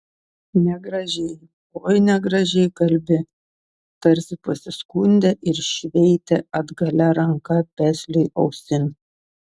negražiai oi negražiai kalbi tarsi pasiskundė ir šveitė atgalia ranka pesliui ausin